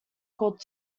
called